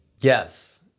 yes